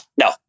No